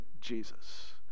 Jesus